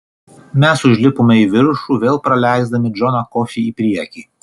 mes užlipome į viršų vėl praleisdami džoną kofį į priekį